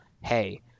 hey